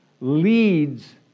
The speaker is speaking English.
leads